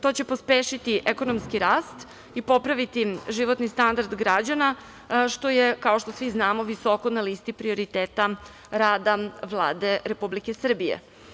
To će pospešiti ekonomski rast i popraviti životni standard građana, što je, kao što svi znamo, visoko na listi prioriteta rada Vlade Republike Srbije.